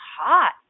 hot